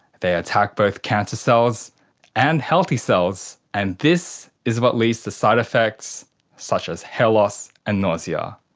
they attack both cancer cells and healthy cells, and this is what leads to side effects such as hair loss and nausea.